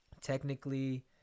Technically